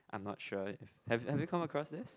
I'm not sure have you come across this